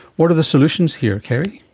what are the solutions here, kerry?